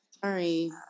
Sorry